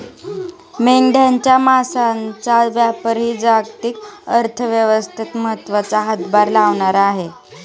मेंढ्यांच्या मांसाचा व्यापारही जागतिक अर्थव्यवस्थेत महत्त्वाचा हातभार लावणारा आहे